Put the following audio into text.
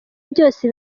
byose